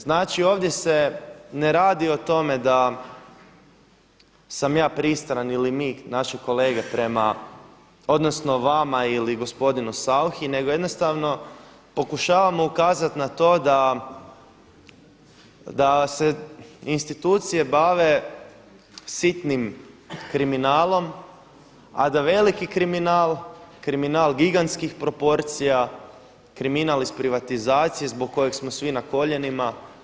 Znači ovdje se ne radi o tome da sam ja pristran ili mi, naši kolege prema, odnosno vama ili gospodinu Sauchi, nego jednostavno pokušavamo ukazati na to da se institucije bave sitnim kriminalom a da veliki kriminal, kriminal gigantskih proporcija, kriminal iz privatizacije zbog kojeg smo svi na koljenima.